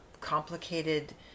complicated